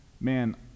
man